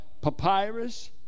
papyrus